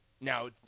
Now